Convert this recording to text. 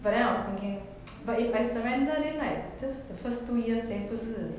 but then I was thinking but if I surrender then like just the first two years then 不是